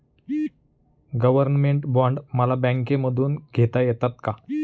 Government bond मला बँकेमधून घेता येतात का?